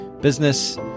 business